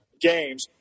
games